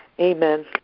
Amen